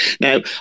Now